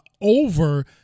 over